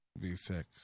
V6